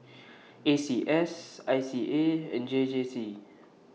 A C S I C A and J J C